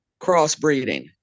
crossbreeding